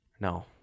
no